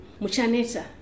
Muchaneta